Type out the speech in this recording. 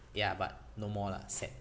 ya but no more lah sad